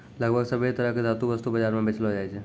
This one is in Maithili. लगभग सभ्भे तरह के धातु वस्तु बाजार म बेचलो जाय छै